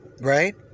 Right